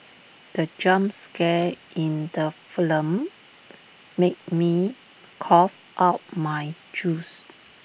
the jump scare in the film made me cough out my juice